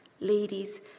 Ladies